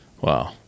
Wow